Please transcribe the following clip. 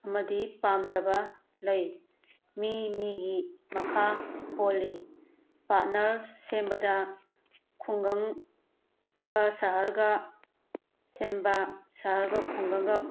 ꯑꯃꯗꯤ ꯄꯥꯝꯗꯕ ꯂꯩ ꯃꯤ ꯃꯤꯒꯤ ꯃꯈꯥ ꯄꯣꯜꯂꯤ ꯄꯥꯔꯠꯅꯔ ꯁꯦꯝꯕꯗ ꯈꯨꯡꯒꯪꯒ ꯁꯍꯔꯒ ꯁꯦꯝꯕ ꯁꯍꯔꯒ ꯈꯨꯡꯒꯪꯒ